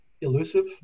elusive